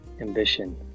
ambition